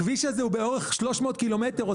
הכביש הזה הוא באורך 300 קילומטרים.